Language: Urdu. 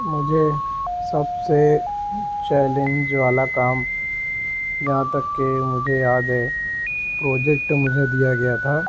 مجھے سب سے چیلینج والا کام یہاں تک کہ مجھے یاد ہے پروجیکٹ مجھے دیا گیا تھا